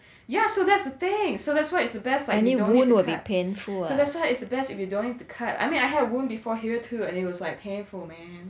yeah so that's the thing so that's why it's the best like if don't need to cut so that's why it's the best if you don't need to cut I mean I had a wound before here too and it's like painful man